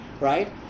right